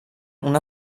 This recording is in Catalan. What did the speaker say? una